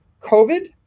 COVID